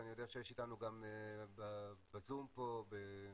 ואני יודע שיש איתנו גם בזום פה בצפייה